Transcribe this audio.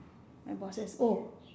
my bosses oh